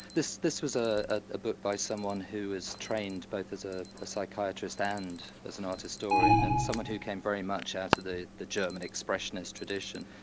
this this was ah a book by someone who is trained both as ah a psychiatrist and as an art historian and then someone who came very much out of the the german expressionist tradition.